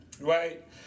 right